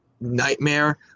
nightmare